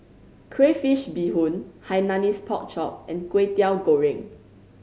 crayfish beehoon Hainanese Pork Chop and Kway Teow Goreng